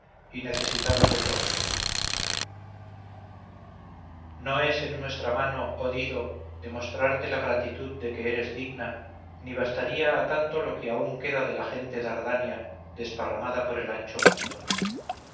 y necesitados de todo no es en nuestra mano oh dido demostrarte la gratitud de que eres digna ni bastaría a tanto lo que aun queda de la gente dardania desparramada por el ancho mundo